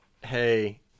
Hey